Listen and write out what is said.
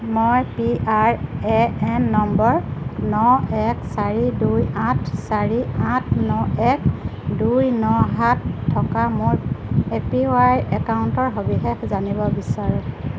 মই P R A N নম্বৰ ন এক চাৰি দুই আঠ চাৰি আঠ ন এক দুই ন সাত থকা মোৰ এ পি ৱাই একাউণ্টৰ সবিশেষ জানিব বিচাৰোঁ